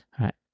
Right